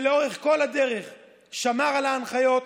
שלאורך כל הדרך שמר על ההנחיות,